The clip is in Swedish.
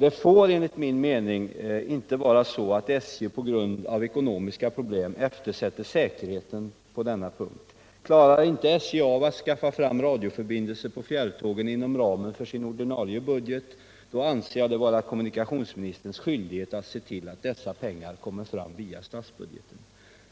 Det får enligt min mening inte vara så att SJ på grund av ekonomiska problem eftersätter säkerheten på denna punkt. Klarar inte SJ av att skaffa fram radioförbindelser på fjärrtågen inom ramen för sin ordinarie budget, anser jag det vara kommunikationsministerns skyldighet att se till att pengar kommer fram via statsbudgeten.